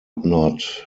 knot